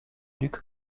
duc